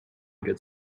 good